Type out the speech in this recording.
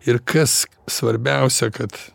ir kas svarbiausia kad